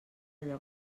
allò